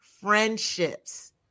friendships